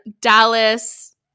Dallas